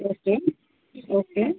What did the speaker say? okay okay